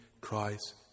Christ